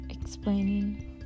explaining